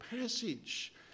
passage